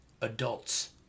adults